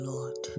Lord